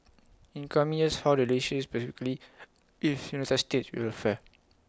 in coming years how the relationship specifically if will fare